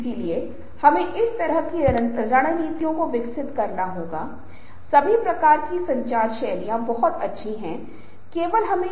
इसलिए समूह में बोलना भी एक कला है और यदि आप इस कला को विकसित कर सकते हैं तो हम अपने समूह के सदस्यों के साथ बातचीत करने और काम पूरा करने की बेहतर स्थिति में होंगे